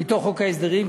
מתוך חוק ההסדרים,